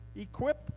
equip